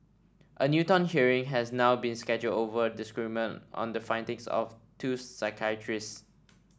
a Newton hearing has now been scheduled over a disagreement on the findings of two psychiatrists